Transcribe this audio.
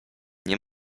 nie